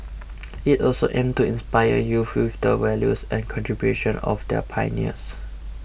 it also aims to inspire youths with the values and contributions of their pioneers